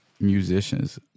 musicians